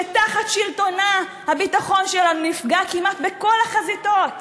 שתחת שלטונה הביטחון שלנו נפגע כמעט בכל החזיתות,